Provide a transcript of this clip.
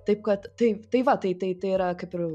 taip kad tai tai va tai tai yra kaip ir